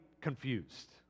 confused